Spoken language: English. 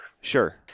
Sure